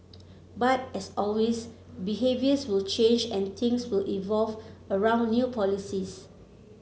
but as always behaviours will change and things will evolve around new policies